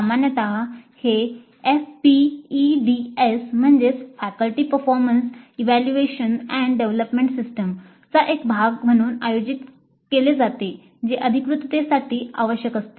सामान्यत हे FPEDS चा एक भाग म्हणून आयोजित केले जाते जे अधिकृततेसाठी आवश्यक असते